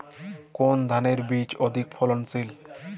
কোন ধানের বীজ অধিক ফলনশীল?